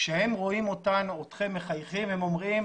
כשהם רואים אותנו ואתכם מחייכים הם אומרים